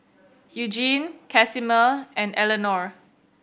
Eugene Casimer and Eleonore